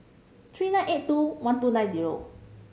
three nine eight two one two nine zero